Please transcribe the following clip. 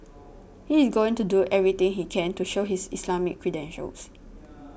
he is going to do everything he can to show his Islamic credentials